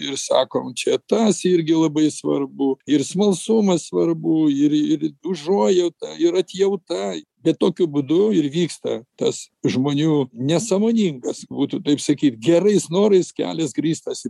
ir sakom čia tas irgi labai svarbu ir smalsumas svarbu ir ir užuojauta ir atjauta bet tokiu būdu ir vyksta tas žmonių nesąmoningas būtų taip sakyt gerais norais kelias grįstas į